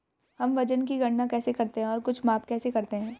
हम वजन की गणना कैसे करते हैं और कुछ माप कैसे करते हैं?